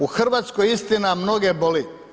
U Hrvatskoj istina mnoge boli.